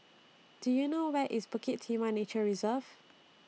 Do YOU know Where IS Bukit Timah Nature Reserve